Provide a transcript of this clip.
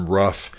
rough